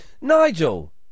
Nigel